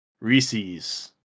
Reese's